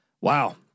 Wow